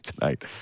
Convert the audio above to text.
tonight